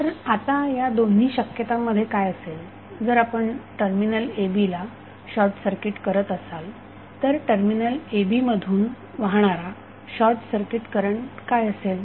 तर आता या दोन्ही शक्यतामध्ये काय असेल जर आपण टर्मिनल AB ला शॉर्टसर्किट करत असाल तर टर्मिनल AB मधून वाहणारा शॉर्टसर्किट करंट काय असेल